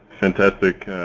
fantastic